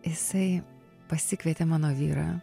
jisai pasikvietė mano vyrą